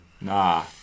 Nah